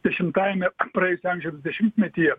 dešimtajame praėjusio amžiaus dešimtmetyje